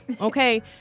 Okay